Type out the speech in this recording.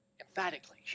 emphatically